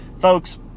Folks